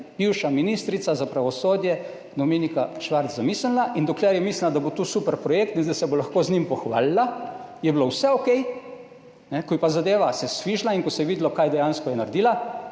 bivša ministrica za pravosodje Dominika Švarc zamislila. In dokler je mislila, da bo to super projekt in da se bo lahko z njim pohvalila, je bilo vse okej, ko je pa zadeva se sfižila in ko se je videlo, kaj dejansko je naredila,